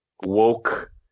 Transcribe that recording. woke